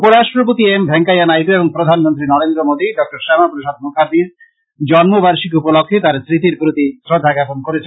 উপরাষ্ট্রপতি এম ভেঙ্কাইয়া নাইড় এবং প্রধানমন্ত্রী নরেন্দ্র মোদী ডক্টর শ্যামা প্রসাদ মুখার্জীর জন্ম বার্ষিকী উপলক্ষ্যে তার স্মৃতির প্রতি শ্রদ্ধা জ্ঞাপন করেছেন